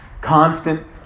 constant